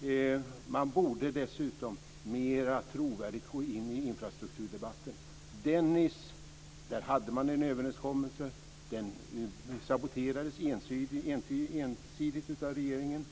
hinder. Dessutom borde man mer trovärdigt gå in i infrastrukturdebatten. När det gäller Dennis hade man en överenskommelse men den saboterades ensidigt av regeringen.